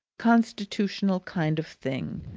constitutional kind of thing.